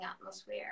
atmosphere